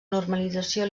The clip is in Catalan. normalització